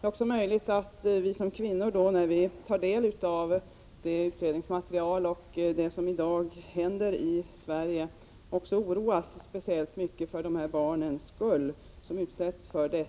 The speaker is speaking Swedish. Det är också möjligt att vi kvinnor när vi tar del av utredningsmaterialet och det som i dag händer i Sverige oroas speciellt mycket för de barn som utsatts för